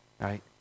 right